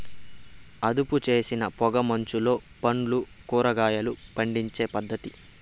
అదుపుచేసిన పొగ మంచులో పండ్లు, కూరగాయలు పండించే పద్ధతి